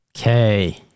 Okay